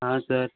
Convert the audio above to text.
हाँ सर